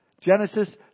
Genesis